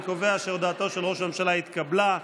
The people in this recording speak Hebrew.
אני קובע שהודעתו של ראש הממשלה התקבלה.